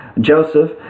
Joseph